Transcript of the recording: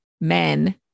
men